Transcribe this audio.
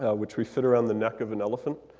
ah which we fit around the neck of an elephant.